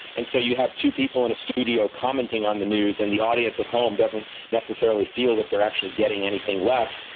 and so you have two people in the studio commenting on the news, and the audience at home doesn't necessarily feel that they're actually getting anything less.